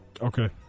Okay